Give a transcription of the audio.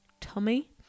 tummy